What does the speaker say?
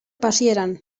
pasieran